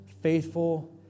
faithful